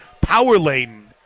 power-laden